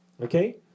Okay